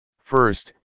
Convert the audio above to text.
first